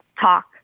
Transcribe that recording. talk